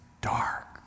dark